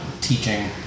teaching